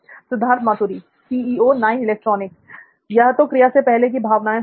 सिद्धार्थ मातुरी यह तो क्रिया से "पहले" की भावनाएं हो गई